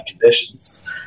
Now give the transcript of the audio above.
conditions